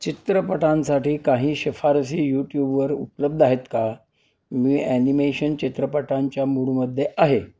चित्रपटांसाठी काही शिफारसी यूट्यूबवर उपलब्ध आहेत का मी ॲनिमेशन चित्रपटांच्या मूडमध्ये आहे